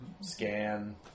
scan